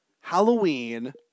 Halloween